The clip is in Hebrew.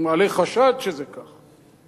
מעלה חשד שזה כך.